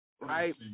right